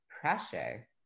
pressure